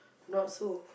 not so